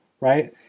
right